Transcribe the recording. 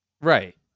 Right